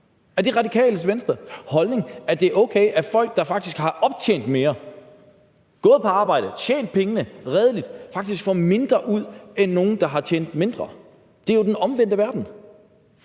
Er det Radikale Venstres holdning, at det er okay, at folk, der faktisk har optjent mere, gået på arbejde, tjent pengene redeligt, faktisk får mindre ud end nogen, der har tjent mindre? Det er jo den omvendte verden.